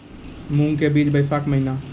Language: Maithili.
मूंग के बीज बैशाख महीना